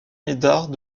médard